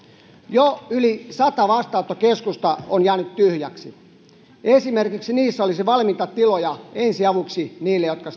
jo yli sata vastaanottokeskusta on jäänyt tyhjäksi esimerkiksi niissä olisi valmiita tiloja ensiavuksi niille jotka